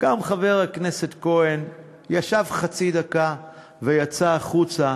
גם חבר הכנסת כהן ישב חצי דקה ויצא החוצה.